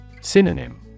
Synonym